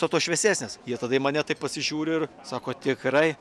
to to šviesesnės jie tada į mane taip pasižiūri ir sako tikrai